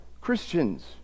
Christians